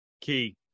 Key